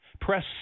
Press